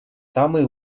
самый